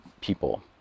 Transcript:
people